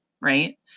right